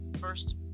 first